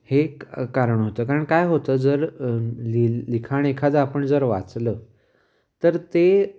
हे एक कारण होतं कारण काय होतं जर लि लिखाण एखादं आपण जर वाचलं तर ते